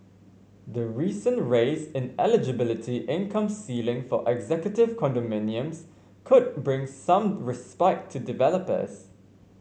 the recent raise in eligibility income ceiling for executive condominiums could bring some respite to developers